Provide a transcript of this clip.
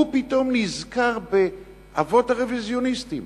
הוא פתאום נזכר באבות הרוויזיוניסטים.